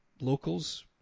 locals